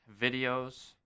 videos